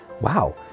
wow